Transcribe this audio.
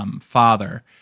father